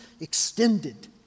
extended